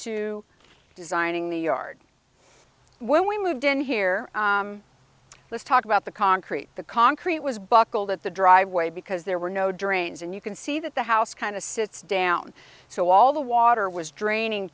to designing the yard when we moved in here let's talk about the concrete the concrete was buckled at the driveway because there were no drains and you can see that the house kind of sits down so all the water was draining